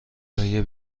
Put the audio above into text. دایی